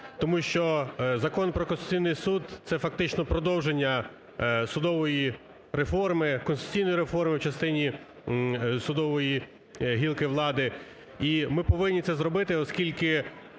Тому що Закон про Конституційний Суд – це фактично продовження судової реформи, конституційної реформи в частині судової гілки влади. І ми повинні це зробити, оскільки